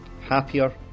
happier